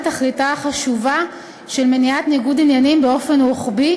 תכליתה החשובה של מניעת ניגוד עניינים באופן רוחבי